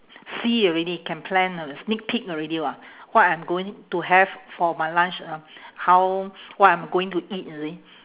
see already can plan alr~ sneak peek already [what] what I am going to have for my lunch uh how what I'm going to eat you see